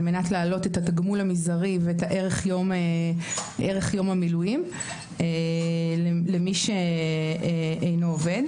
מנת להעלות את התגמול המזערי ואת ערך יום המילואים למי שאינו עובד.